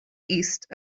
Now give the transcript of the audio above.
east